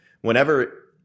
Whenever